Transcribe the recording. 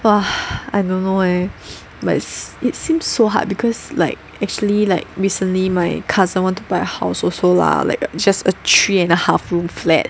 !wah! I dont know leh like it seems so hard because like actually like recently my cousin want to buy a house also lah like just a three and a half room flat